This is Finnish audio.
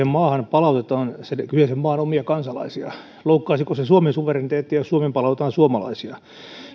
maahan palautetaan sen kyseisen maan omia kansalaisia loukkaisiko se suomen suvereniteettia jos suomeen palautetaan suomalaisia